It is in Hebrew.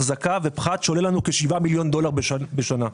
אחזקה ופחת שעולים לנו כשבעה מיליארד דולר בשנה,